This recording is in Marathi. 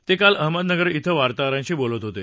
ते काल अहमदनगर इथं वार्ताहजरांशी बोलत होते